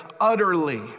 utterly